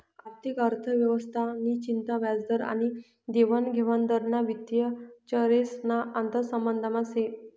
आर्थिक अर्थव्यवस्था नि चिंता व्याजदर आनी देवानघेवान दर ना वित्तीय चरेस ना आंतरसंबंधमा से